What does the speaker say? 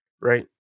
right